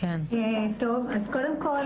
אז קודם כל,